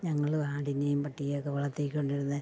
ഞങ്ങൾ ആടിനെയും പട്ടിയേയുമൊക്കെ വളർത്തിക്കൊണ്ടിരുന്നത്